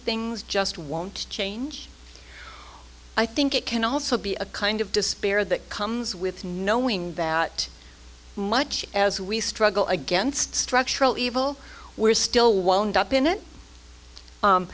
things just won't change i think it can also be a kind of despair that comes with knowing that much as we struggle against structural evil we're still won't be up in it